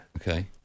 Okay